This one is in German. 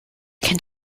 kennt